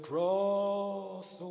Cross